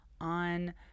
on